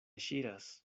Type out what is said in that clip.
ŝiras